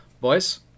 boys